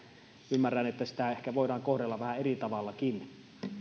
ymmärrän että sitä ehkä voidaan kohdella vähän eri tavallakin